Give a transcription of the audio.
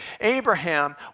Abraham